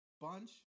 bunch